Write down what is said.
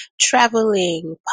traveling